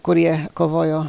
kurie kovojo